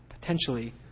potentially